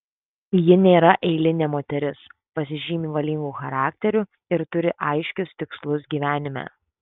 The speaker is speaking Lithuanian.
ji nėra eilinė moteris pasižymi valingu charakteriu ir turi aiškius tikslus gyvenime